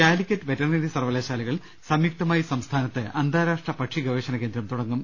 Calicut veterinary സർവകലാശാലകൾ സംയുക്തമായി സംസ്ഥാനത്ത് അന്താരാഷ്ട്ര പക്ഷി ഗവേക്ഷണകേന്ദ്രം തുടങ്ങും